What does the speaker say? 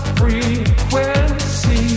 frequency